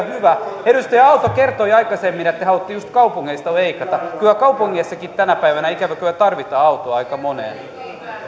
hyvä edustaja aalto kertoi aikaisemmin että te haluatte just kaupungeista leikata kyllä kaupungeissakin tänä päivänä ikävä kyllä tarvitaan autoa aika moneen